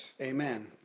Amen